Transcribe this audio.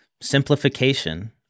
simplification